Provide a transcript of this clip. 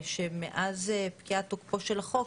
מאז פקיעת תוקפו של החוק,